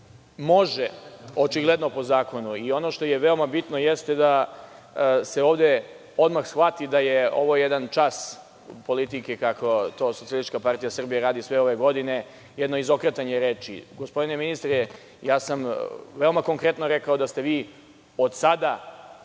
može očigledno po zakonu. Ono što je veoma bitno jeste da se ovde odmah shvati da je ovo jedan čast politike, kako to SPS radi sve ove godine, jedno izokretanje reči. Gospodine ministre, ja sam veoma konkretno rekao da ste vi od sada,